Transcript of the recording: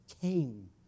came